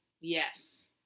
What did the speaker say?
Yes